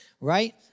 Right